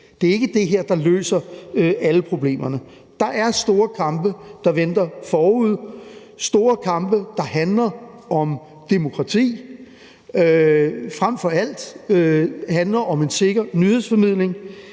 Det er ikke det her, der løser alle problemerne. Der er store kampe, der venter forude, store kampe, der handler om demokrati frem for alt, og som handler om en sikker nyhedsformidling.